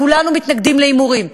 כולנו מתנגדים להימורים,